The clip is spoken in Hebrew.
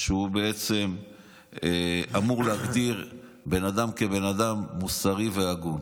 שבעצם אמור להגדיר בן אדם כבן אדם מוסרי והגון.